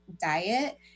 diet